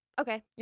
okay